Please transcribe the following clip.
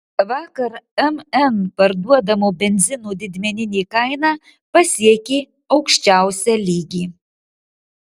vakar mn parduodamo benzino didmeninė kaina pasiekė aukščiausią lygį